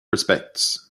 respects